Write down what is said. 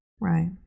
right